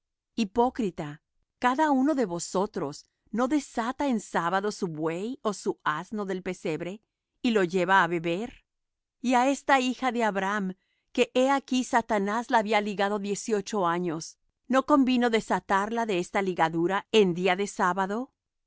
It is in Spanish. hipócrita cada uno de vosotros no desata en sábado su buey ó su asno del pesebre y lo lleva á beber y á esta hija de abraham que he aquí satanás la había ligado dieciocho años no convino desatar la de esta ligadura en día de sábado